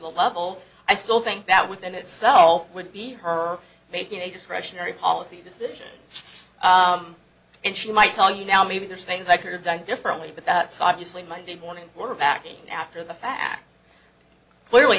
the level i still think that within itself would be her making a discretionary policy decision and she might tell you now maybe there's things i could have done differently but that site usually monday morning quarterbacking after the fact clearly